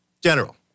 General